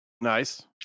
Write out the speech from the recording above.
Nice